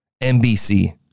NBC